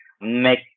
make